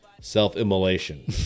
self-immolation